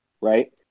right